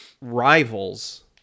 rivals